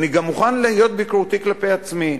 אני גם מוכן להיות ביקורתי כלפי עצמי.